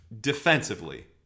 Defensively